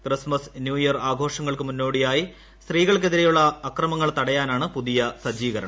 Christmas new year ആഘോഷങ്ങൾക്ക് മുന്നോടിയായി സ്ത്രീകൾക്കെതിരെയുള്ള അക്രമങ്ങൾ തടയാനാണ് പുതിയു സ്ജ്ജീകരണം